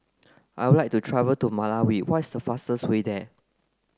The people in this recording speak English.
I would like to travel to Malawi what is fastest way there